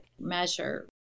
measure